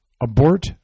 Abort